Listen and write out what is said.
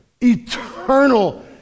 eternal